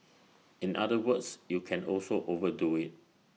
in other words you can also overdo IT